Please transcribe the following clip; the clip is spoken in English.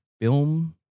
film